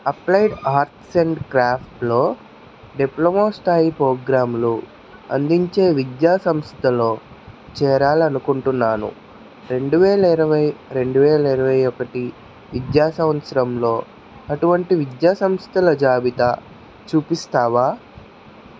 applied arts and క్రాఫ్ట్స్లో diploma స్థాయి ప్రోగ్రాంలు అందించే విద్యా సంస్థలో చేరాలని అనుకుంటున్నాను రెండు వేల ఇరవై రెండు వేల ఇరవై ఒకటి విద్యా సంవత్సరంలో అటువంటి విద్యా సంస్థల జాబితా చూపిస్తావా